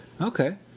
okay